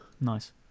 nice